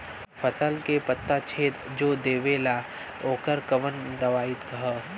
फसल के पत्ता छेद जो देवेला ओकर कवन दवाई ह?